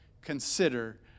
Consider